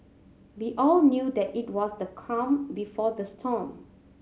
we all knew that it was the calm before the storm